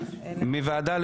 ועדה.